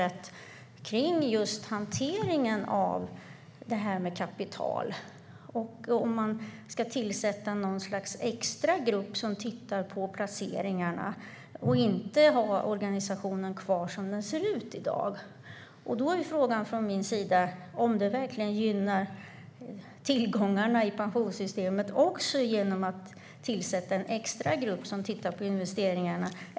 Där ska hanteringen av kapital ses över. Ska det tillsättas något slags extra grupp som ska titta på placeringarna och inte ha organisationen kvar som den ser ut i dag? Gynnar det tillgångarna i pensionssystemet att tillsätta en extra grupp som tittar på investeringarna?